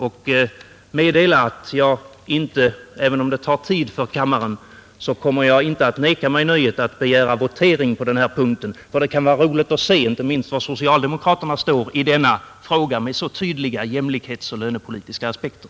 Samtidigt vill jag meddela att jag, även om det tar tid för kammaren, inte kommer att neka mig nöjet att begära votering på denna punkt. Det kan vara roligt att se inte minst var socialdemokraterna står i denna fråga med så tydliga jämlikhetsoch lönepolitiska aspekter.